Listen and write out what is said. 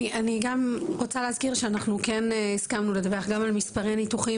אני גם רוצה להזכיר שאנחנו כן הסכמנו לדווח גם על מספרי ניתוחים